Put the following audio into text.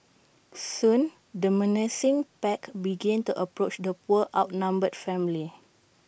soon the menacing pack began to approach the poor outnumbered family